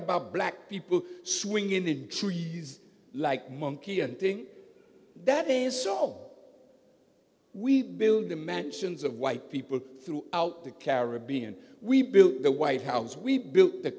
about black people swinging like monkey and thing that is so we build a mansions of white people throughout the caribbean we built the white house we built the